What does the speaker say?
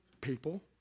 people